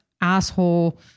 asshole